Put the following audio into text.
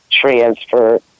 transfer